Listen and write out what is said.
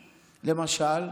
למשל,